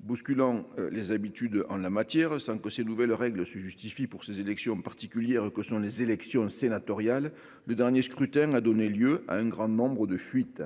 bousculant les habitudes en la matière, sans que ces nouvelles règles se justifie pour ces élections particulières que sont les élections sénatoriales le dernier scrutin a donné lieu à un grand nombre de fuites